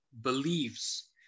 believes